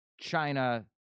China